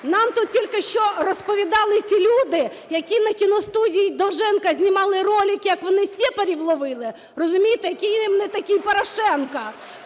Нам тут тільки що розповідали ті люди, які на кіностудії Довженка знімали ролики, як вони сєпарів ловили, розумієте, який їм не такий Порошенко.